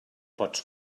pots